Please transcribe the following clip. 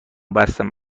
بستم